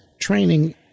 training